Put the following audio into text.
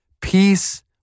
Peace